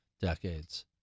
decades